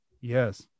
yes